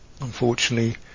unfortunately